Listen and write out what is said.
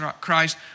Christ